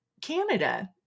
canada